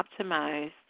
optimized